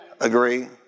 Agree